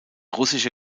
russische